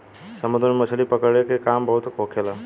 समुन्द्र में मछली पकड़े के काम बहुत होखेला